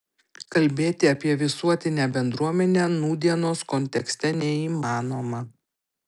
kalbėti apie visuotinę bendruomenę nūdienos kontekste neįmanoma